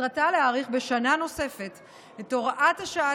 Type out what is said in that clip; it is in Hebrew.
מטרתה להאריך בשנה נוספת את הוראת השעה